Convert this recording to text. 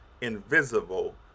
invisible